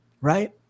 right